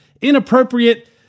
inappropriate